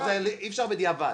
הרביזיה על כל ההסתייגויות.